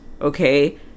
okay